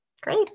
Great